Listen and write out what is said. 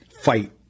fight